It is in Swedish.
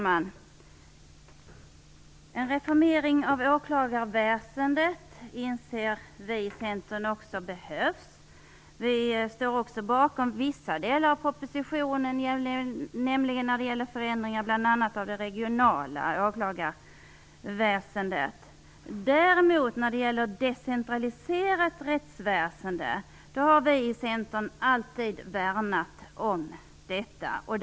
Herr talman! Också vi i Centern inser att en reformering av åklagarväsendet behövs. Vi står också bakom vissa delar av propositionen, nämligen när det gäller förändringar bl.a. av det regionala åklagarväsendet. Vi i Centern har däremot alltid värnat om ett decentraliserat rättsväsende.